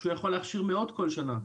שהוא גם יכול להכשיר מאות כל שנה,